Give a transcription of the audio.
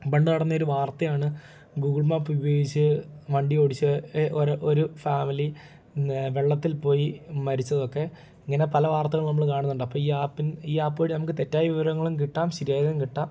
പണ്ട് നടന്ന ഒരു വാർത്തയാണ് ഗൂഗിൾ മാപ്പുപയോഗിച്ച് വണ്ടി ഓടിച്ച് ഒരോ ഒരു ഫാമിലി വെള്ളത്തിൽ പോയി മരിച്ചത് ഒക്കെ ഇങ്ങനെ പല വാർത്തകും നമ്മൾ കാണുന്നൊണ്ടപ്പം ഈ ആപ്പിൻ ഈ ആപ്പ് വഴി നമുക്ക് തെറ്റായ വിവരങ്ങളും കിട്ടാം ശരിയായതും കിട്ടാം